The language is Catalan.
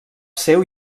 seu